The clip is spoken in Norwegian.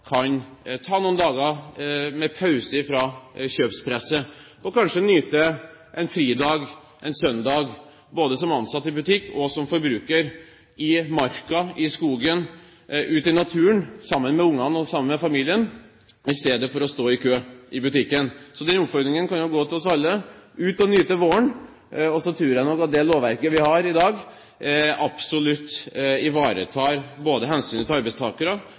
kan også ta noen dager med pause fra kjøpspresset, og kanskje nyte en fridag. Både som ansatt i butikk og som forbruker kan man en søndag være i marka og i skogen, ute i naturen, sammen med ungene og familien, i stedet for å stå i kø i butikken. Så den oppfordringen kan gå til oss alle: ut og nyt våren! Jeg tror nok at det lovverket vi har i dag, absolutt ivaretar både hensynet til arbeidstakere